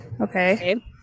okay